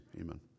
Amen